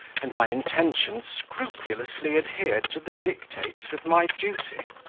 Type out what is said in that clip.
and my intention scrupulously adhered to the dictates of my duty.